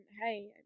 hey